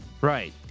right